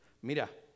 mira